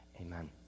amen